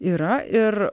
yra ir